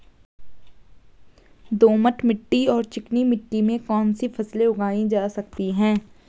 दोमट मिट्टी और चिकनी मिट्टी में कौन कौन सी फसलें उगाई जा सकती हैं?